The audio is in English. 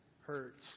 hurts